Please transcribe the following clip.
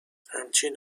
همچین